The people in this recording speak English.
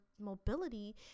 mobility